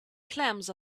clams